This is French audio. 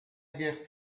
guerre